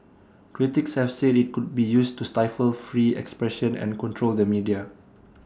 critics have said IT could be used to stifle free expression and control the media